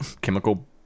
chemical